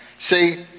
See